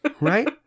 right